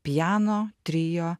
piano trio